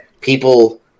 people